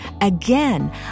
Again